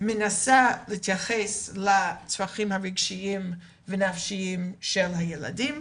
מנסים להתייחס לצרכים הרגשיים והנפשיים של הילדים,